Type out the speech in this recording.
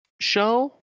show